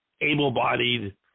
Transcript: able-bodied